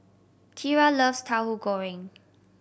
Kira loves Tauhu Goreng